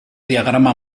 diagrama